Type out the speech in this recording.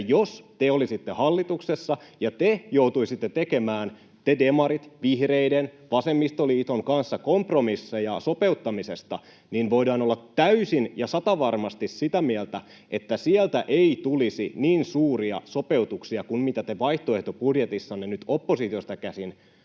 kanssa, olisitte hallituksessa ja te joutuisitte tekemään kompromisseja sopeuttamisesta, niin voidaan olla täysin ja satavarmasti sitä mieltä, että sieltä ei tulisi niin suuria sopeutuksia kuin mitä te vaihtoehtobudjetissanne nyt oppositiosta käsin